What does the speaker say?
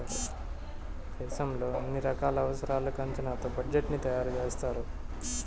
దేశంలో అన్ని రకాల అవసరాలకు అంచనాతో బడ్జెట్ ని తయారు చేస్తారు